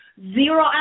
Zero